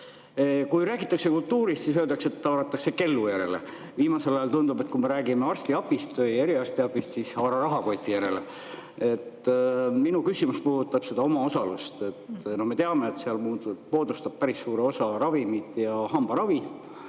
Kui räägitakse kultuurist, siis öeldakse, et haaratakse kellu järele. Viimasel ajal tundub, et kui me räägime arstiabist või eriarstiabist, siis haara rahakoti järele. Minu küsimus puudutab omaosalust. Me teame, et seal moodustavad päris suure osa ravimid ja hambaravi,